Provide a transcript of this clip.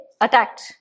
attacked